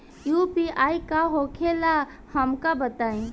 UPI का होखेला हमका बताई?